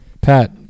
Pat